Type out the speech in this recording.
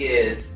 Yes